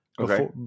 okay